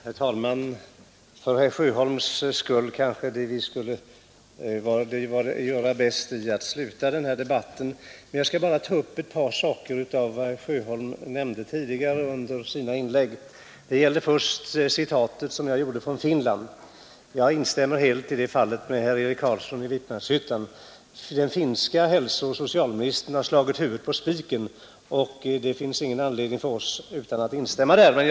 Herr talman! För herr Sjöholms skull kanske vi gjorde bäst i att sluta den här debatten, men jag skall ta upp ett par av de saker herr Sjöholm nämnt i sina inlägg. Det gäller först citatet som jag gjorde förut från Finland. Jag instämmer i det fallet helt med herr Eric Carlsson i Vikmanshyttan: den finske hälsooch socialministern har slagit huvudet på spiken, och det finns ingen anledning för oss att göra annat än instämma.